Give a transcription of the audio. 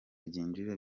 byinjira